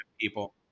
people